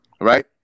right